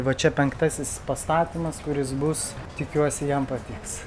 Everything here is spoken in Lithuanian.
va čia penktasis pastatymas kuris bus tikiuosi jam patiks